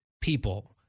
people